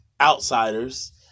Outsiders